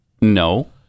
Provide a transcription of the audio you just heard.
no